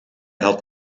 had